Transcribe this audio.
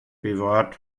bewahrt